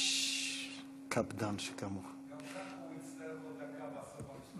גם ככה הוא יצטרך עוד דקה בסוף.